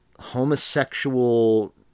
Homosexual